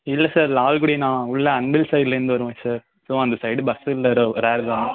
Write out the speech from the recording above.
இல்லை சார் லால்குடி நான் உள்ளே அன்பில் சைட்லேருந்து வருவேன் சார் ஸோ அந்த சைடு பஸ்ஸு இல்லை ரொ ரேரு தான்